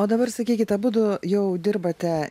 o dabar sakykit abudu jau dirbate